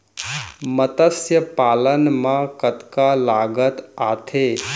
मतस्य पालन मा कतका लागत आथे?